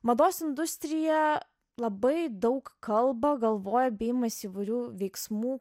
mados industrija labai daug kalba galvoja bei imasi įvairių veiksmų